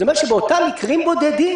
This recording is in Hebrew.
זה אומר שבאותם מקרים בודדים,